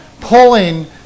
pulling